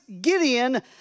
Gideon